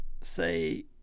say